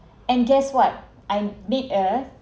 and guess what I'm made a